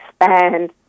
expand